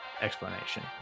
explanation